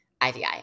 IVI